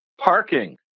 parking